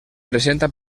presenta